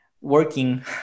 working